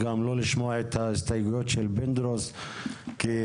גם לא שמענו את ההסתייגויות של פינדרוס אבל